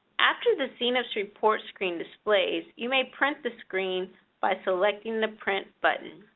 after the cnips report screen displays, you may print the screen by selecting the print button.